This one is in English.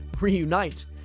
Reunite